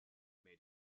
made